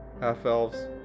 Half-elves